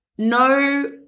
No